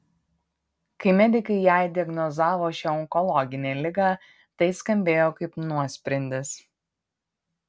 kai medikai jai diagnozavo šią onkologinę ligą tai skambėjo kaip nuosprendis